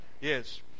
yes